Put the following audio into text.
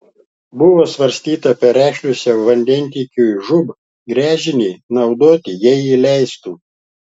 buvo svarstyta perekšliuose vandentiekiui žūb gręžinį naudoti jei jie leistų